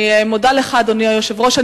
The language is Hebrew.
אני מודה לך, אדוני היושב-ראש.